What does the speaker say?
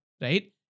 right